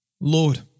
Lord